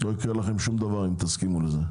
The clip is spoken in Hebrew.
לא יקרה לכם שום דבר אם תסכימו לזה.